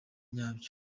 nyabyo